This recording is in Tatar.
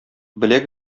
беләк